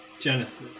Genesis